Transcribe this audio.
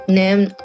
name